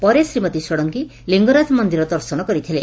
ପରେ ଶ୍ରୀମତୀ ଷଡ଼ଙଗୀ ଲିଙଗରାଜ ମନିର ଦର୍ଶନ କରିଥିଲେ